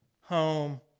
home